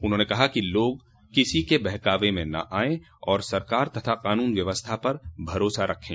उन्होंने कहा कि लोग किसी के बहकावे में न आयें और सरकार तथा कानून व्यवस्था पर भरोसा रखें